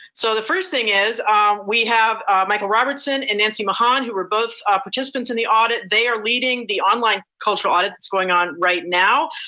so the first thing is we have michael robertson and nancy mohan who were both participants in the audit. they are leading the online cultural audit that's going on right now.